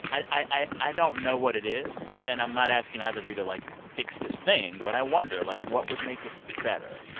i i don't know what it is. and i'm not asking either of you to, like, fix this thing. but i wonder, like, what would make it better?